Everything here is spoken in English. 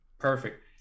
Perfect